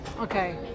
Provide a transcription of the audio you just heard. Okay